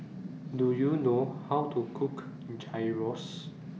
Do YOU know How to Cook Gyros